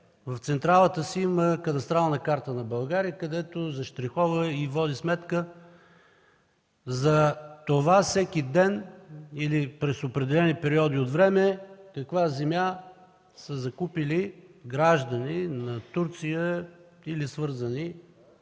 в централата си има кадастрална карта на България, където защрихова и води сметка за това всеки ден или през определени периоди от време каква земя са закупили граждани на Турция или свързани